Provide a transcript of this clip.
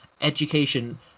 education